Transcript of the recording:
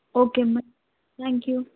okay ma'am thank you